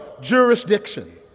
jurisdiction